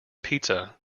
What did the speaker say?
pizza